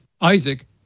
Isaac